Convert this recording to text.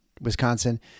Wisconsin